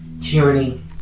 tyranny